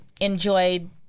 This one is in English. enjoyed